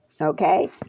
Okay